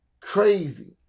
Crazy